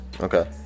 Okay